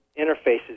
interfaces